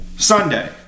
Sunday